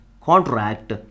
contract